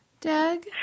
Doug